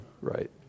right